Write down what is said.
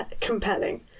compelling